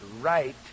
right